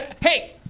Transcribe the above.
hey